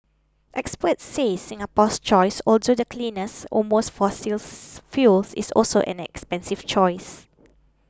experts say Singapore's choice although the cleanest among fossils fuels is also an expensive choice